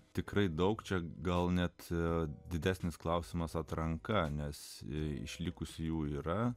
tikrai daug čia gal net didesnis klausimas atranka nes išlikusiųjų yra